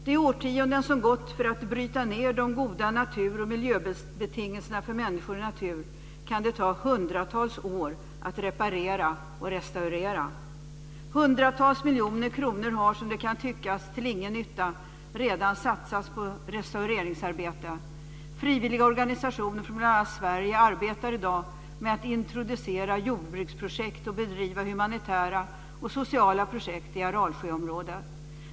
Det kan ta hundratals år att reparera och restaurera de goda miljöbetingelser för människor och natur som brutits ned under de årtionden som gått. Hundratals miljoner kronor har redan satsats på restaureringsarbete, som det kan tyckas till ingen nytta. Frivilliga organisationer från bl.a. Sverige arbetar i dag med att introducera jordbruksprojekt och bedriva humanitära och sociala projekt i Aralsjöområdet.